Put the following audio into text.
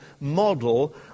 model